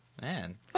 Man